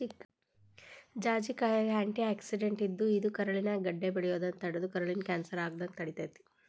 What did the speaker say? ಜಾಜಿಕಾಯಾಗ antioxidant ಇದ್ದು, ಇದು ಕರುಳಿನ್ಯಾಗ ಗಡ್ಡೆ ಬೆಳಿಯೋದನ್ನ ತಡದು ಕರುಳಿನ ಕ್ಯಾನ್ಸರ್ ಆಗದಂಗ ತಡಿತೇತಿ